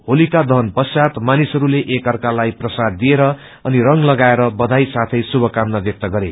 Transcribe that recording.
होलिका दहन ष्वात मानिसहरूले एक अर्कालाई प्रसाद दिएर अनि रंग लगाएर बबाई साथै शुषकामना व्यक्त गरे